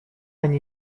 они